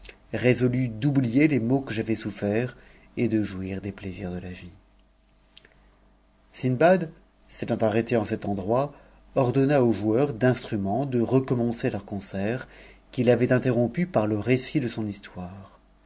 résolu d'oublier les maux que j'avais soufferts et de jouir des plaisirs de la vie sindbad s'étant arrêté en cet endroit ordonna aux joueurs d'instru ments de recommencer leurs concerts qu'il avait interrompus parte récit de son histoire